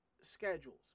schedules